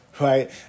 right